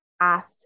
asked